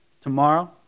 Tomorrow